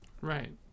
Right